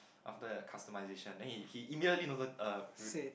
after customization then he he immediately noted uh